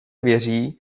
věří